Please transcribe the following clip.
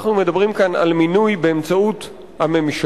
אנחנו מדברים כאן על מינוי באמצעות הממשלה,